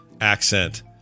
accent